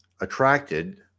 attracted